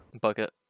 Bucket